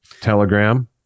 Telegram